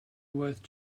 worth